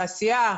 תעשייה,